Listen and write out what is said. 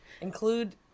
include